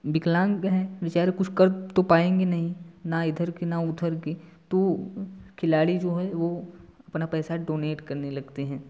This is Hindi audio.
विकलांग है बेचारे कुछ कर तो पायेंगे नहीं न इधर के न उधर के तो खिलाड़ी जो हैं वो अपना पैसा डोनेट करने लगते हैं